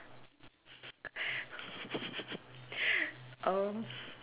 um